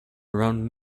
around